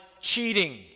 cheating